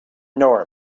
nor